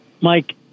Mike